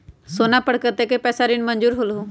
सोना पर कतेक पैसा ऋण मंजूर होलहु?